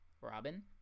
Robin